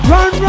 Run